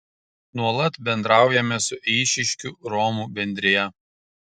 nuolat bendraujame su eišiškių romų bendrija